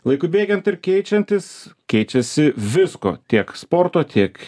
laikui bėgant ir keičiantis keičiasi visko tiek sporto tiek